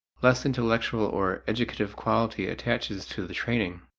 less intellectual or educative quality attaches to the training.